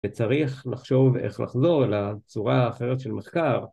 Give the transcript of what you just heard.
‫וצריך לחשוב איך לחזור ‫לצורה האחרת של מחקר.